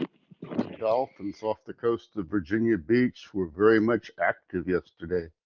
dolphins off the coast of virginia beach were very much active yesterday. it